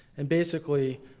and basically,